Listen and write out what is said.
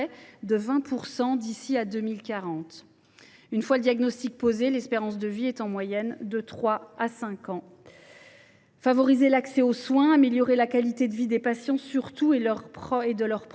de 20 % d’ici à 2040. Une fois le diagnostic posé, l’espérance de vie est en moyenne de trois ans à cinq ans. Favoriser l’accès aux soins, améliorer la qualité de vie des patients, surtout, et de leurs proches,